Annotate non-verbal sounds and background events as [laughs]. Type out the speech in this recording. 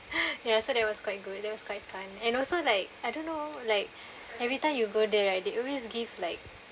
[laughs] so that was quite good that was quite fun and also like I don't know like every time you go there right they always give like